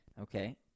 Okay